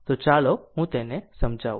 તો ચાલો હું તેને સમજાવું